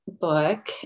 book